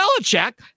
Belichick